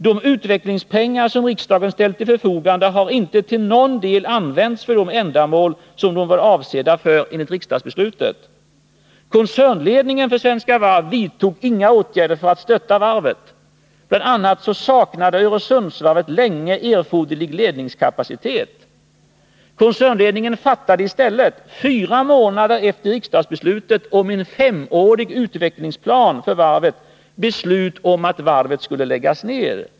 De utvecklingspengar som riksdagen ställt till förfogande har inte till någon del använts för de ändamål som de var avsedda för enligt riksdagsbeslutet. Koncernledningen för Svenska Varv vidtog inga åtgärder för att stötta varvet. Bl. a. saknade Öresundsvarvet länge erforderlig ledningskapacitet. Koncernledningen fattade i stället, fyra månader efter riksdagsbeslutet om en femårig utvecklingsplan för varvet, beslut om att varvet skulle läggas ned.